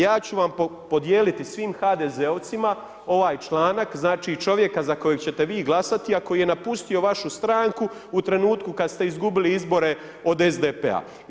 Ja ću vam podijeliti svim HDZ-ovcima, ovaj članak, čovjeka za kojega ćete vi glasati a koji je napustio vašu stranku u trenutku kada ste izgubili izbore od SDP-a.